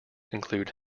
include